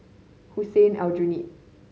Hussein Aljunied